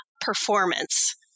performance